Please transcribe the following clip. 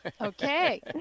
Okay